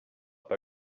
pas